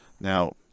Now